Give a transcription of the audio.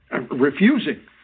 refusing